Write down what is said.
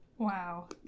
Wow